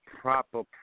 proper